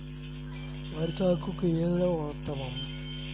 వరి సాగుకు ఏ నేల ఉత్తమం?